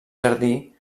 jardí